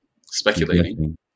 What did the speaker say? speculating